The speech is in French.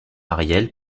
ariel